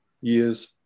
years